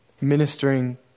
ministering